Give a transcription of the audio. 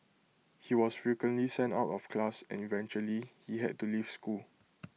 he was frequently sent out of class and eventually he had to leave school